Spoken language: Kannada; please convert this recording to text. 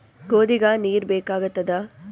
ಗೋಧಿಗ ನೀರ್ ಬೇಕಾಗತದ?